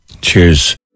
cheers